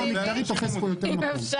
הייצוג המגדרי תופס פה יותר מקום.